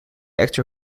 actor